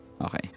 Okay